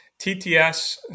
TTS